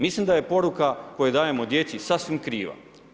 Mislim da je poruka koju dajemo djeci sasvim kriva.